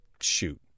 shoot